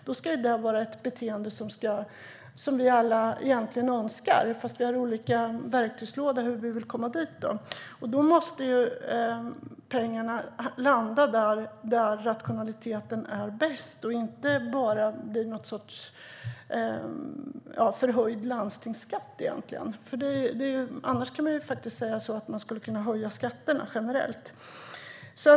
Det senare är ett beteende som vi alla önskar, även om vi har olika verktygslådor för att komma dit, och då måste pengarna landa där rationaliteten är bäst och inte bara bli någon sorts höjd landstingsskatt. Annars skulle man ju faktiskt kunna höja skatterna generellt.